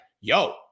yo